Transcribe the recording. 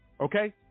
Okay